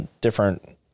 different